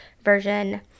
version